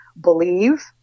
believe